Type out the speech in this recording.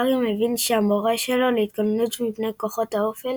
הארי מבין שהמורה שלו להתגוננות מכוחות האופל